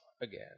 again